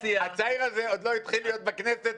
הצעיר הזה עוד לא התחיל להיות בכנסת,